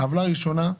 עוולה ראשונה,